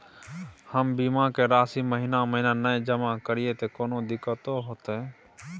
हम बीमा के राशि महीना महीना नय जमा करिए त कोनो दिक्कतों होतय?